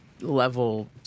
level